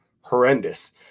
horrendous